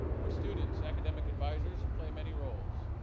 for students, academic advisors play many roles.